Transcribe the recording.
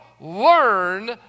Learn